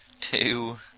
two